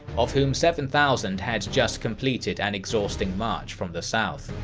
of whom seven thousand had just completed an exhausting march from the south.